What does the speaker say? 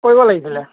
কৰিব লাগিছিলে